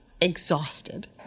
exhausted